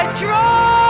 draw